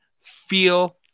feel